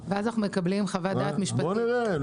ואז אנחנו מקבלים חוות דעת משפטית --- בוא נראה,